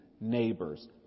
neighbors